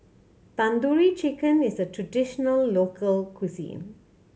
Tandoori Chicken is a traditional local cuisine